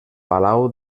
palau